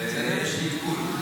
רגע, יש לי עדכון.